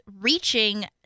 reaching